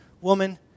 woman